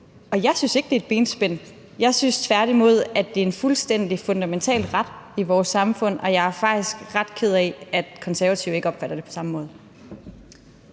Og jeg synes ikke, det er et benspænd. Jeg synes tværtimod, at det er en fuldstændig fundamental ret i vores samfund, og jeg er faktisk ret ked af, at Konservative ikke opfatter det på samme måde.